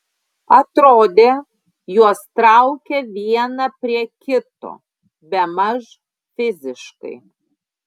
atrodė juos traukia vieną prie kito bemaž fiziškai